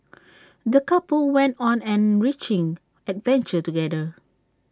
the couple went on an enriching adventure together